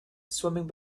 swimming